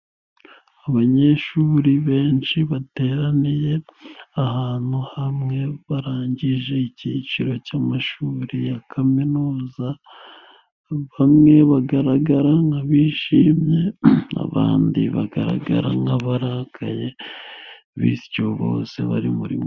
Abanyeshuri benshi bateraniye ahantu hamwe barangije icyiciro cy'amashuri ya kaminuza, bamwe bagaragara nkabishimye abandi bagaragara nkabarakaye bityo bose bari muri.